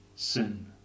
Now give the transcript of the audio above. Sin